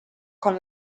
con